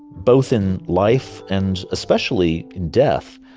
both in life and especially in death,